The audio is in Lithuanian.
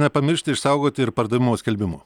nepamiršti išsaugoti ir pardavimo skelbimo